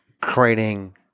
creating